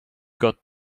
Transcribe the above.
got